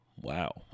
Wow